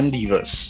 Divas